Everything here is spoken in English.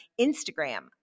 Instagram